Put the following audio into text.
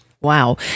Wow